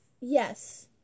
Yes